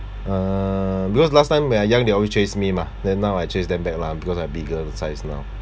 uh because last time when I young they always chase me mah then now I chase them back lah because I bigger size now